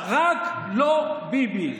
רק לא ביבי.